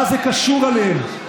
מה זה קשור אליהם.